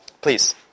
Please